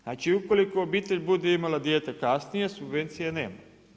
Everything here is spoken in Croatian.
Znači ukoliko obitelj bude imala dijete kasnije, subvencije nema.